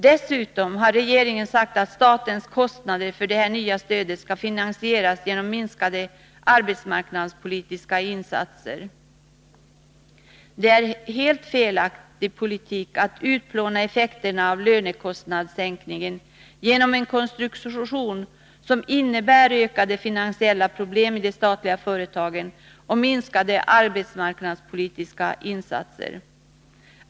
Dessutom har regeringen sagt att statens kostnader för det nya stödet skall finansieras genom minskade arbetsmarknadspolitiska insatser. Det är en helt felaktig politik att utplåna effekterna av lönekostnadssänkningen genom en konstruktion som innebär ökade finansiella problem i de statliga företagen och minskade arbetsmarknadspolitiska insatser.